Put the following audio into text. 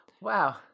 Wow